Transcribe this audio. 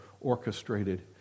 orchestrated